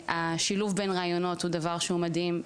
השילוב בין הרעיונות הוא דברה שהוא מדהים,